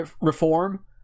reform